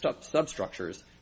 substructures